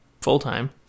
full-time